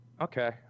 Okay